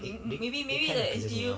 mm mm maybe maybe the N_T_U